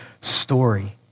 story